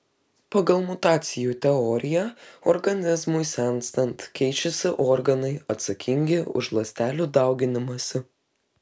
pagal mutacijų teoriją organizmui senstant keičiasi organai atsakingi už ląstelių dauginimąsi